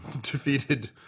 defeated